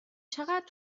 چقدر